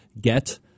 GET